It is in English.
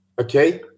Okay